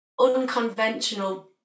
unconventional